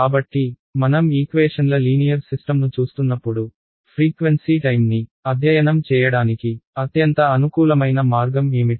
కాబట్టి మనం ఈక్వేషన్ల లీనియర్ సిస్టమ్ను చూస్తున్నప్పుడు ఫ్రీక్వెన్సీ టైమ్ని అధ్యయనం చేయడానికి అత్యంత అనుకూలమైన మార్గం ఏమిటి